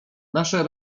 nasze